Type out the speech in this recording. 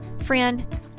Friend